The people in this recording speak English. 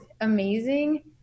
amazing